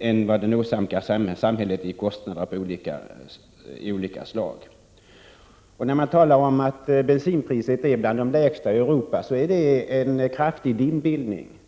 än vad den åsamkar samhället i form av kostnader av olika slag. När man talar om att det svenska bensinpriset tillhör de lägsta i Europa, så är det fråga om en kraftig dimbildning.